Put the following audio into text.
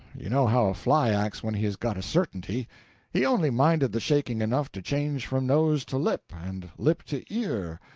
you know how a fly acts when he has got a certainty he only minded the shaking enough to change from nose to lip, and lip to ear,